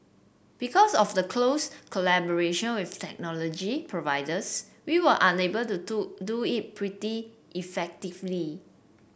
because of the close collaboration with technology providers we are unable to do do it pretty effectively